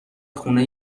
خونه